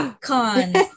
cons